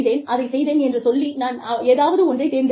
அதைச் செய்தேன் என்று சொல்லி நான் ஏதாவது ஒன்றைத் தேர்ந்தெடுக்கலாம்